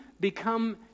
become